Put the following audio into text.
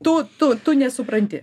tu tu tu nesupranti